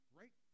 right